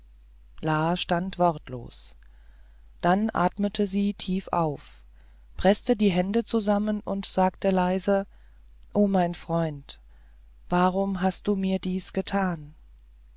la stand wortlos dann atmete sie tief auf preßte die hände zusammen und sagte leise o mein freund warum hast du mir dies getan